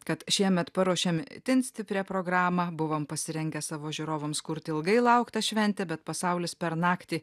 kad šiemet paruošėm itin stiprią programą buvom pasirengę savo žiūrovams kurti ilgai lauktą šventę bet pasaulis per naktį